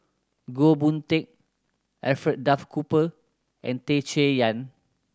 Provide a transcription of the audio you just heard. Goh Boon Teck Alfred Duff Cooper and Tei Chay Yan